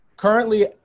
currently